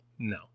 No